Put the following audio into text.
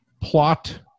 plot